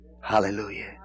Hallelujah